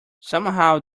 somehow